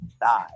die